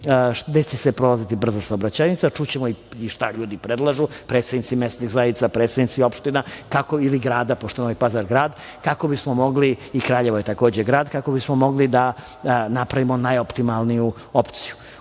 gde će sve prolaziti brza saobraćajnica. Čućemo i šta ljudi predlažu, predsednici mesnih zajednica, predsednici opština ili grada, pošto je Novi Pazar grad, i Kraljevo je takođe grad, kako bismo mogli da napravimo najoptimalniju opciju. Ono